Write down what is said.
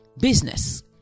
Business